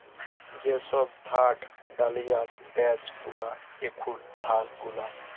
যে সব থার্ড ডালিয়ার ড্যাস গুলার এখুল ধার গুলা